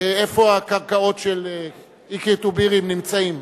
איפה הקרקעות של אקרית ובירעם נמצאות.